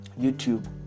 YouTube